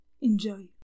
Enjoy